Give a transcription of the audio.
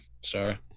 Sorry